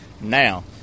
Now